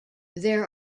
there